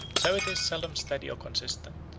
so it is seldom steady or consistent.